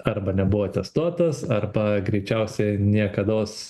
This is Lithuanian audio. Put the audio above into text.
arba nebuvo atestuotas arba greičiausiai niekados